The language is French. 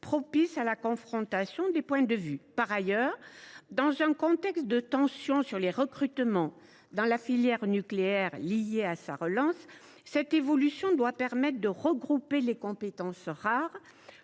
propices à la confrontation des points de vue. Par ailleurs, dans un contexte de tensions sur les recrutements dans la filière nucléaire, tensions liées à la relance de cette dernière, cette évolution doit permettre de regrouper les compétences rares